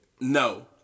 No